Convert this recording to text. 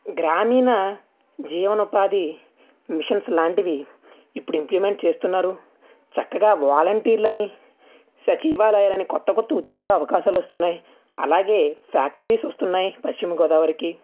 గ్రామీణ జీవనోపాధి మిషన్స్ లాంటివి ఇప్పుడు ఇంప్లిమెంట్స్ చేస్తున్నారు చక్కగా వాలంటీర్లని సచివాలయాలని కొత్త కొత్త ఉద్యోగ అవకాశాలు వస్తున్నాయి అలాగే ఫ్యాక్టరీస్ వస్తున్నాయి పశ్చిమ గోదావరికి